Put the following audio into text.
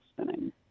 spinning